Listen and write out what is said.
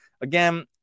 Again